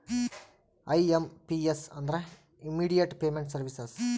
IMPS ಅಂದ್ರ immediate payment services